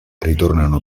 ritornano